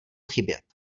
chybět